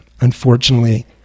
unfortunately